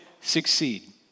succeed